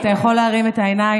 אתה יכול להרים את העיניים.